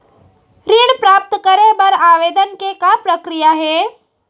ऋण प्राप्त करे बर आवेदन के का प्रक्रिया हे?